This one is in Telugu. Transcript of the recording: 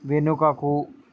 వెనుకకు